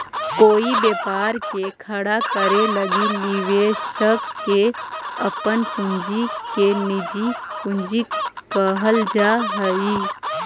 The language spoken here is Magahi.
कोई व्यापार के खड़ा करे लगी निवेशक के अपन पूंजी के निजी पूंजी कहल जा हई